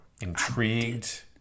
intrigued